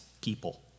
people